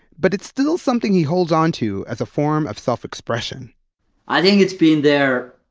but it's still something he holds onto as a form of self expression i think it's been there